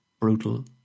brutal